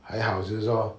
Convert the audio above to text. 还好就是说